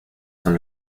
son